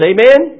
Amen